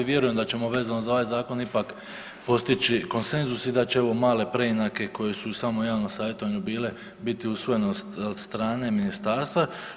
Vjerujem da ćemo vezano za ovaj zakon ipak postići konsenzus i da će ove male preinake koje su u samom javnom savjetovanju bile biti usvojenost od strane ministarstva.